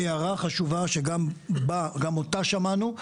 והערה חשובה שגם אותה שמענו,